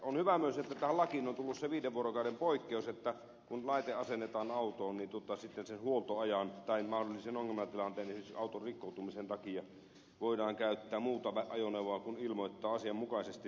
on myös hyvä että tähän lakiin on tullut tämä viiden vuorokauden poikkeus että auton huollon tai mahdollisen ongelmatilanteen esimerkiksi auton rikkoutumisen takia viiden arkipäivän ajan voi käyttää muuta ajoneuvoa kun siitä ilmoittaa asianmukaisesti